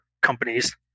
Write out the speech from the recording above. companies